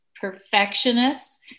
perfectionists